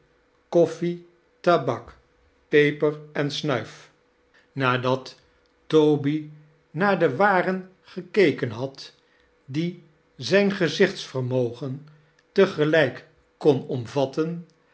koffie tabak pepesr en snuif nadat toby naar de waren gekeken had die zijn gezichtsvermogen te gelijk kon omvatten